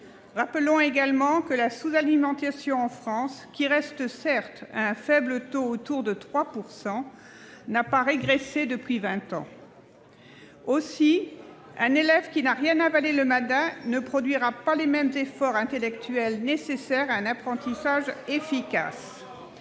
Rappelons également que la sous-alimentation en France, qui certes reste faible, à un taux d'environ 3 %, n'a pas régressé depuis vingt ans. Un élève qui n'a rien avalé le matin ne produira pas les efforts intellectuels nécessaires à un apprentissage efficace.